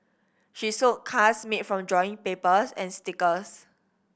she sold cards made from drawing papers and stickers